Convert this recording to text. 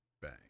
bang